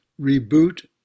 reboot